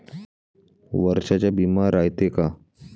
वर्षाचा बिमा रायते का?